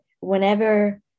whenever